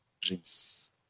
dreams